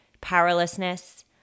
powerlessness